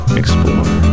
explore